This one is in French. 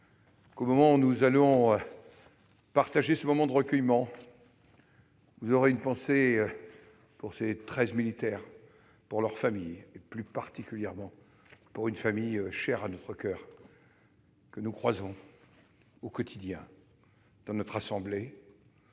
qu'au moment où nous allons partager ce moment de recueillement vous aurez une pensée pour ces militaires, leurs familles, et plus particulièrement pour celle, chère à notre coeur, de notre collègue, que nous croisons au quotidien dans notre assemblée.